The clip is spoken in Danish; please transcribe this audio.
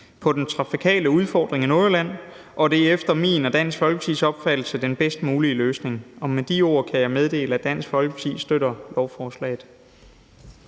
på den trafikale udfordring i Nordjylland, og det er efter min og Dansk Folkepartis opfattelse den bedst mulige løsning. Med de ord kan jeg meddele, at Dansk Folkeparti støtter lovforslaget.